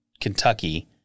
Kentucky